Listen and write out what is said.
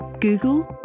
Google